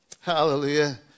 hallelujah